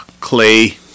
Clay